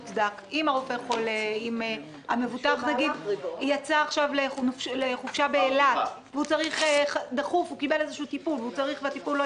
אם הרופא יצא לחופשה באילת והוא צריך רופא בדחיפות רופא עור,